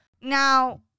now